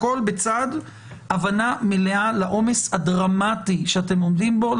הכול בצד הבנה מלאה לעומס הדרמטי שאתם עומדים בו.